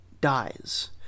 dies